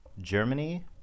Germany